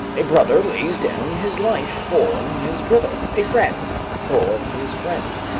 a brother lays down his life for his brother, a friend for his friend,